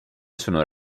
sono